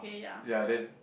ya then